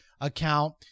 account